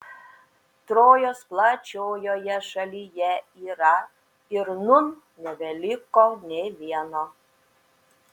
trojos plačiojoje šalyje yra ir nūn nebeliko nė vieno